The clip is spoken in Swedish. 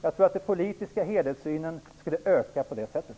Jag tror att den politiska helhetssynen skulle öka på det sättet.